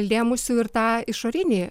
lėmusių ir tą išorinį